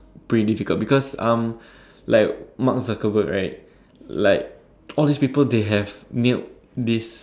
pretty difficult because um like Mark-Zuckerberg right like all these people they have mailed this